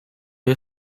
you